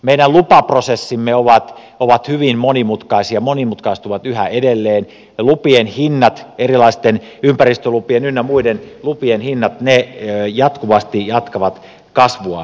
meidän lupaprosessimme ovat hyvin monimutkaisia monimutkaistuvat yhä edelleen ja lupien hinnat erilaisten ympäristölupien ynnä muiden lupien hinnat jatkuvasti jatkavat kasvuaan